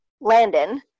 Landon